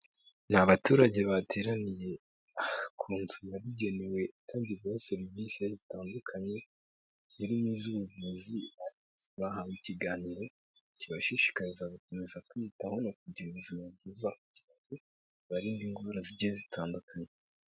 Ni abaturage bateraniye ku nzu yabigenewe itangirwaho serivisi zitandukanye zirimo iz'ubuvuzi, bahawe ikiganiro kibashishikariza gukomeza kwiyitaho no kugira ubuzima bwiza kugira ngo bibarinde indwara zigiye zitandukanye.